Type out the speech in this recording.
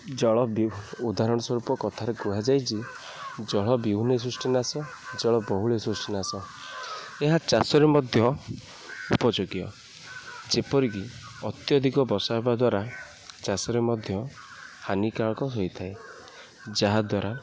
ଜଳ ବିହୁ ଉଦାହରଣ ସ୍ୱରୂପ କଥାରେ କୁହାଯାଇଛି ଜଳ ବିହୁନେ ସୃଷ୍ଟିନାଶ ଜଳ ବହୁଳେ ସୃଷ୍ଟିନାଶ ଏହା ଚାଷରେ ମଧ୍ୟ ଉପଯୋଗ୍ୟ ଯେପରିକି ଅତ୍ୟଧିକ ବର୍ଷା ହେବା ଦ୍ୱାରା ଚାଷରେ ମଧ୍ୟ ହାନିକାରକ ହୋଇଥାଏ ଯାହାଦ୍ୱାରା